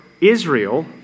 Israel